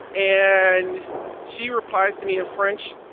and she replies to me in french.